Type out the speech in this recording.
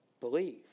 believe